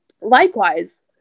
Likewise